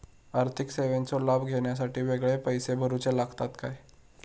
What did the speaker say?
आर्थिक सेवेंचो लाभ घेवच्यासाठी वेगळे पैसे भरुचे लागतत काय?